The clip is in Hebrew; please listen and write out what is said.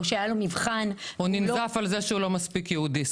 שהיה לו מבחן --- הוא ננזף על זה שהוא לא מספיק יהודי,